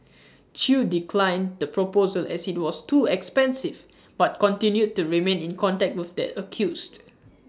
chew declined the proposal as IT was too expensive but continued to remain in contact with the accused